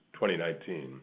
2019